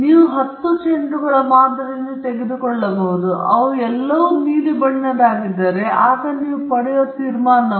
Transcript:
ನೀವು 10 ಚೆಂಡುಗಳ ಮಾದರಿಯನ್ನು ತೆಗೆದುಕೊಳ್ಳಬಹುದು ಮತ್ತು ಅವುಗಳು ಎಲ್ಲವನ್ನೂ ನೀಲಿ ಬಣ್ಣದ್ದಾಗಿದ್ದರೆ ಆಗ ನೀವು ಪಡೆಯುವ ತೀರ್ಮಾನವು